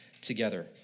together